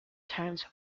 times